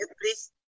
please